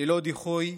ללא דיחוי,